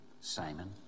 Simon